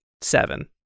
Seven